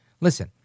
Listen